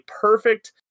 perfect